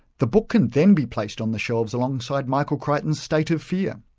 the book can then be placed on the shelves alongside michael crichton's state of fear,